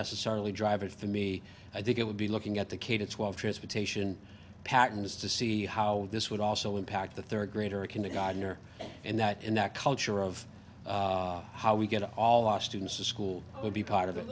necessarily drive it for me i think it would be looking at the k to twelve transportation patterns to see how this would also impact the third grader a kindergartener and that and that culture of how we get all our students to school would be part of